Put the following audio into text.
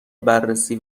بررسی